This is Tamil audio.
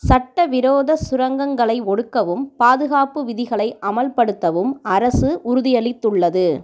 சட்டவிரோத சுரங்கங்களை ஒடுக்கவும் பாதுகாப்பு விதிகளை அமல்படுத்தவும் அரசு உறுதியளித்துள்ளது